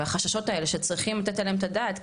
והחששות האלה שצריכים לתת עליהם את הדעת,